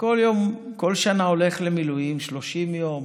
וכל שנה אני הולך למילואים 30 יום,